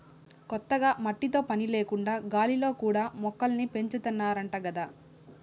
కొత్తగా మట్టితో పని లేకుండా గాలిలో కూడా మొక్కల్ని పెంచాతన్నారంట గదా